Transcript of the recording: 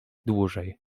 dłużej